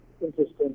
interesting